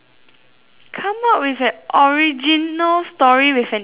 come up with an original story with an idiom